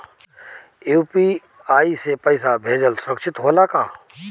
UPI से पैसा भेजल सुरक्षित होला का?